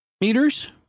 meters